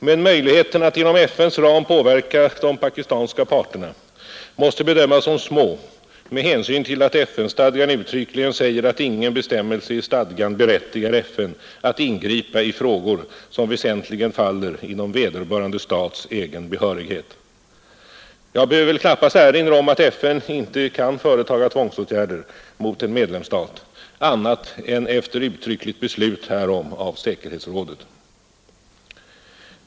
Men möjligheterna att inom FN:s ram påverka de pakistanska parterna måste bedömas som små med hänsyn till att FN-stadgan uttryckligen säger att ingen bestämmelse i stadgan berättigar FN att ingripa i frågor som väsentligen faller inom vederbörande stats egen behörighet. Jag behöver väl knappast erinra om att FN inte kan företaga tvångsåtgärder mot en medlemsstat annat än efter uttryckligt beslut härom av säkerhetsrådet.